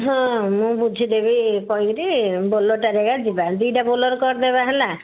ହଁ ମୁଁ ବୁଝି ଦେବି କହିକିରି ବୋଲେରୋଟା ଦେଖିଆ ଯିବା ଦିଟା ବୋଲେରୋ କରିଦେବା ହେଲା